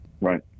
Right